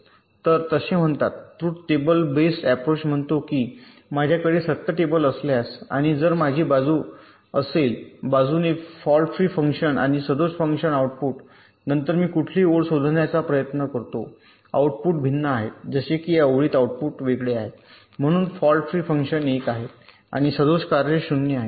तर तसे म्हणतात ट्रुथ टेबल बेस्ड अॅप्रोच म्हणतो की माझ्याकडे सत्य टेबल असल्यास आणि जर माझी बाजू असेल बाजूने फॉल्ट फ्री फंक्शन आणि सदोष फंक्शन आउटपुट नंतर मी कुठली ओळ शोधण्याचा प्रयत्न करतो आउटपुट भिन्न आहेत जसे की या ओळीत आउटपुट वेगळे आहे म्हणून फॉल्ट फ्री फंक्शन 1 आहे आणि सदोष कार्य 0 आहे